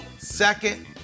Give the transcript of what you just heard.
Second